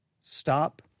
Stop